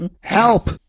Help